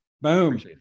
Boom